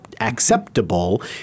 acceptable